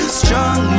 strong